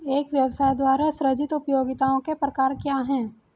एक व्यवसाय द्वारा सृजित उपयोगिताओं के प्रकार क्या हैं?